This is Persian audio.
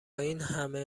اینهمه